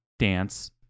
dance